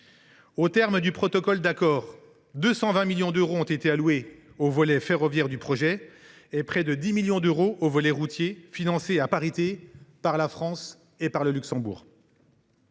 Aux termes du protocole d’accord, 220 millions d’euros ont été alloués au volet ferroviaire du projet et près de 10 millions d’euros au volet routier, avec un financement à parité par la France et le Luxembourg.